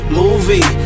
movie